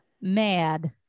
Mad